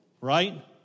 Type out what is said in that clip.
right